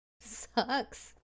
Sucks